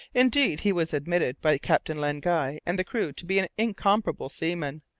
indeed, he was admitted by captain len guy and the crew to be an incomparable seaman.